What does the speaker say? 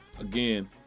again